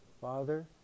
Father